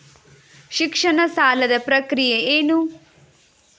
ಶಿಕ್ಷಣ ಸಾಲದ ಪ್ರಕ್ರಿಯೆ ಏನು?